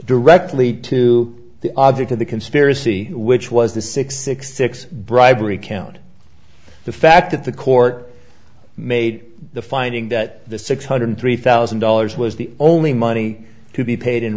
directly to the object of the conspiracy which was the six six six bribery count the fact that the court made the finding that the six hundred three thousand dollars was the only money to be paid in